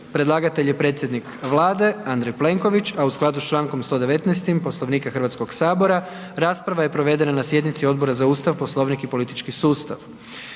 Predlagatelj je ponovno predsjednik Vlade, Andrej Plenković, a u skladu s člankom 119.-im Poslovnika Hrvatskog sabora rasprava je provedena na sjednici Odbora za Ustav, Poslovnik i politički sustav.